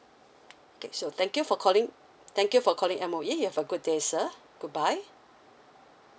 okay so thank you for calling thank you for calling M_O_E you have a good day sir goodbye